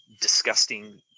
disgusting